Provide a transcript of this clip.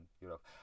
Europe